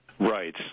Right